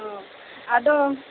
ᱟᱫᱚ